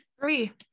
three